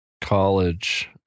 college